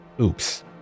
Oops